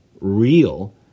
real